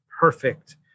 perfect